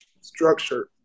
structured